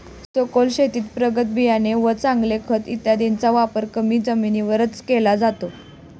सखोल शेतीत प्रगत बियाणे व चांगले खत इत्यादींचा वापर कमी जमिनीवरच केला जातो